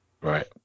Right